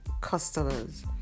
Customers